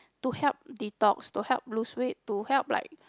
to help detox to help lose weight to help like